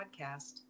podcast